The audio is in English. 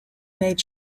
made